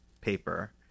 paper